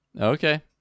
okay